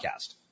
podcast